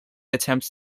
attempt